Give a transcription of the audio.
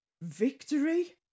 victory